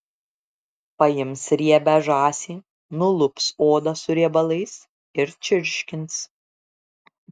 paims riebią žąsį nulups odą su riebalais ir čirškins